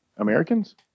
Americans